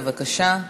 בבקשה.